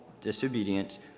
disobedience